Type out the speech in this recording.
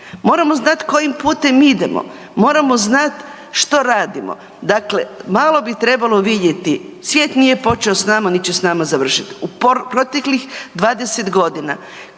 moramo znati kojim putem idemo, moramo znat što radimo, dakle malo bi trebalo vidjeti. Svijet nije počeo s nama nit će s nama završiti. U proteklih 20 godina